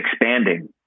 expanding